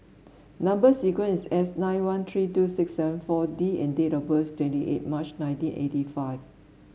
number sequence is S nine one three two six seven four D and date of birth twenty eight March nineteen eighty five